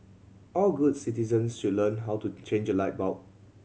all good citizens should learn how to change a light bulb